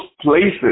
places